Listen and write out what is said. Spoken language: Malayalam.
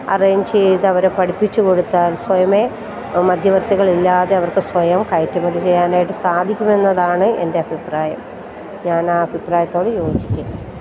അറേഞ്ച് ചെയ്ത് അവരെ പഠിപ്പിച്ചുകൊടുത്താൽ സ്വയമേ മധ്യവർത്തികളില്ലാതെ അവർക്ക് സ്വയം കയറ്റുമതി ചെയ്യുവാനായിട്ട് സാധിക്കും എന്നതാണ് എൻ്റെ അഭിപ്രായം ഞാനാ അഭിപ്രായത്തോട് യോജിക്കുന്നു